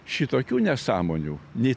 šitokių nesąmonių nei